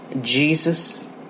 Jesus